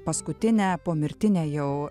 paskutinę pomirtinę jau